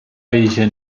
eixa